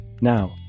Now